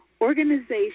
Organization